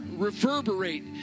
reverberate